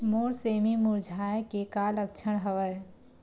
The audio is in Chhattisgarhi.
मोर सेमी मुरझाये के का लक्षण हवय?